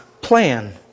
plan